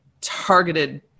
targeted